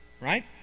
right